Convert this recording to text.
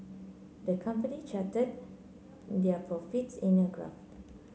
the company charted their profits in a graph